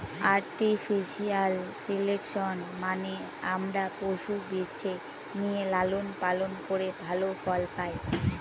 artificial selection মানে আমরা পশু বেছে নিয়ে লালন পালন করে ভালো ফল পায়